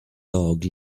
dog